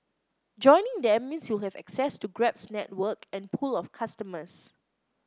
joining them means you'll have access to Grab's network and pool of customers